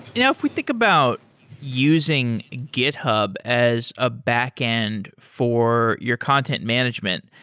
you know if we think about using github as a backend for your content management,